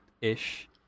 ish